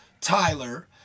Tyler